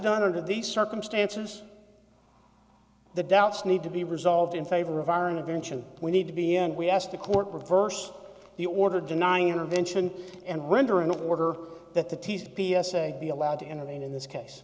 done under these circumstances the doubts need to be resolved in favor of our intervention we need to be and we asked the court reverse the order denying intervention and render an order that the t s p s a be allowed to intervene in this case